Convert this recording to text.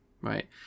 right